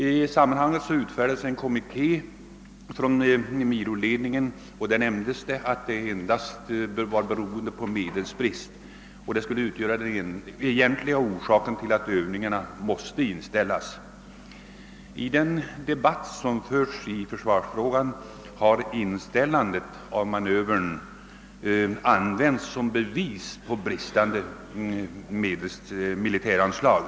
I sammanhanget utfärdades en kommuniké från miloledningen om att det förelåg medelsbrist, vilket skulle utgöra den egentliga orsaken till att övningarna måste inställas. I den debatt som förts i försvarsfrågan har inställandet av manövern använts som bevis för att försvaret fått otillräckliga medelsanslag.